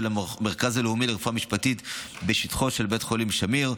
המרכז הלאומי לרפואה משפטית בשטחו של בית החולים שמיר.